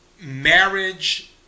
marriage